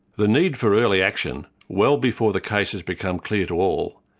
the need for early action well before the cases become clear to all,